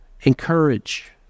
Encourage